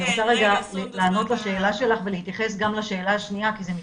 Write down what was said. אני רוצה לענות לשאלה שלך ולהתייחס גם לשאלה השניה כי זה מתקשר.